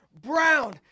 Brown